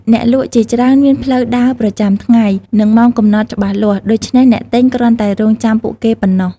អ្នកលក់ជាច្រើនមានផ្លូវដើរប្រចាំថ្ងៃ និងម៉ោងកំណត់ច្បាស់លាស់ ដូច្នេះអ្នកទិញគ្រាន់តែរង់ចាំពួកគេប៉ុណ្ណោះ។